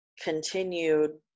continued